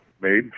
made